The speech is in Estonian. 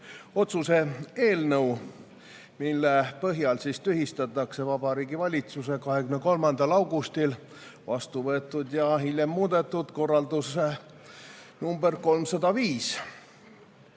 otsuse eelnõu, mille põhjal tühistataks Vabariigi Valitsuse 23. augustil vastu võetud ja hiljem muudetud korraldus nr 305.